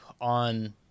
on